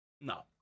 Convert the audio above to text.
No